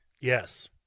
Yes